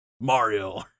mario